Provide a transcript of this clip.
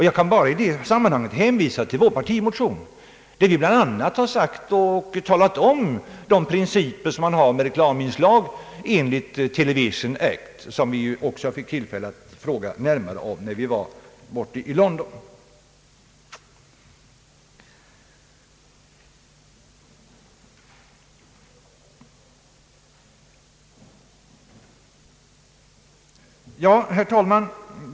Jag kan i detta sammanhang hänvisa till vår partimotion, där vi bland annat berört de principer man har för reklaminslag enligt Television Act, som vi också fick tillfälle att fråga närmare om när vi var i London. Herr talman!